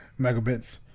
megabits